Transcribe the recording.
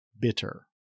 bitter